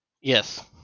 Yes